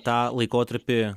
tą laikotarpį